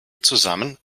zusammen